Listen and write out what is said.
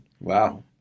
Wow